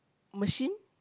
machine